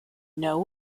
know